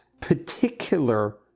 particular